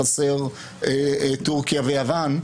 חסר טורקיה ויוון,